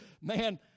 Man